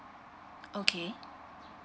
okay